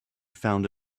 found